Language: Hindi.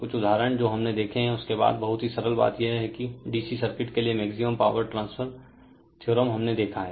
कुछ उदाहरण जो हमने देखे है उसके बाद बहुत ही सरल बात यह है कि DC सर्किट के लिए मैक्सिमम पावर ट्रांसफर थ्योरम हमने देखा है